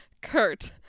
Kurt